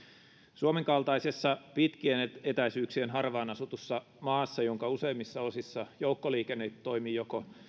suomen kaltaisessa pitkien etäisyyksien harvaan asutussa maassa jonka useimmissa osissa joukkoliikenne toimii joko